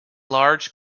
large